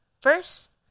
First